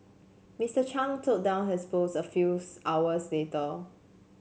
Mister Chung took down hers post a few hours dater